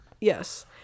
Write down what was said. yes